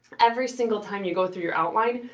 every single time you go through your outline,